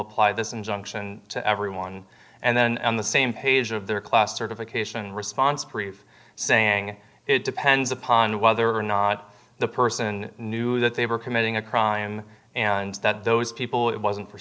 apply this injunction to everyone and then on the same page of their class certification response proof saying it depends upon whether or not the person knew that they were committing a crime and that those people it wasn't